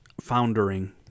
foundering